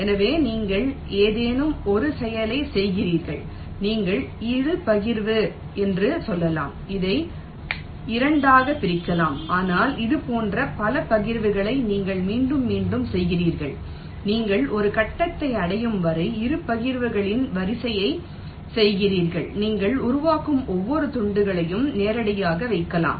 எனவே நீங்கள் ஏதேனும் ஒரு செயலைச் செய்கிறீர்கள் நீங்கள் இரு பகிர்வு என்று சொல்லலாம் அதை 2 ஆகப் பிரிக்கலாம் ஆனால் இதுபோன்ற பல பகிர்வுகளை நீங்கள் மீண்டும் மீண்டும் செய்கிறீர்கள் நீங்கள் ஒரு கட்டத்தை அடையும் வரை இரு பகிர்வுகளின் வரிசையைச் செய்கிறீர்கள் நீங்கள் உருவாக்கும் ஒவ்வொரு துண்டுகளையும் நேரடியாக வைக்கலாம்